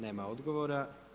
Nema odgovora.